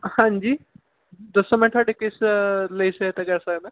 ਹਾਂਜੀ ਦੱਸੋ ਮੈਂ ਤੁਹਾਡੀ ਕਿਸ ਲਈ ਸਹਾਇਤਾ ਕਰ ਸਕਦਾਂ